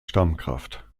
stammkraft